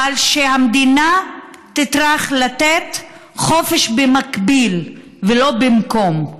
אבל שהמדינה תטרח לתת חופש במקביל, ולא במקום.